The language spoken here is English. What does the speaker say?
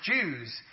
Jews